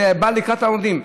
זה בא לקראת העובדים.